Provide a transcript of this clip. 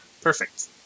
Perfect